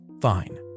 fine